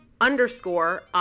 underscore